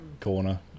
corner